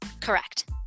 correct